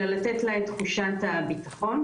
אלא לתת לה את תחושת הביטחון.